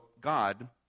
God